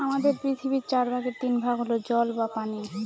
আমাদের পৃথিবীর চার ভাগের তিন ভাগ হল জল বা পানি